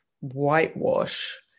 whitewash